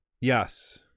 Yes